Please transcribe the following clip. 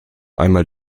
einmal